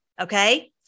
Okay